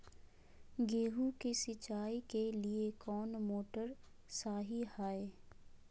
गेंहू के सिंचाई के लिए कौन मोटर शाही हाय?